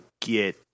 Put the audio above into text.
get